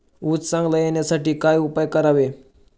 ऊस चांगला येण्यासाठी काय उपाय करावे?